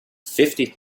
fifty